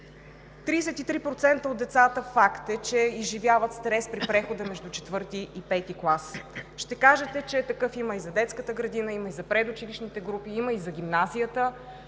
33% от децата изживяват стрес при прехода между IV и V клас. Ще кажете, че такъв има и за детската градина, за предучилищните групи и за гимназията,